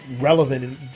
relevant